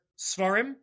Svarim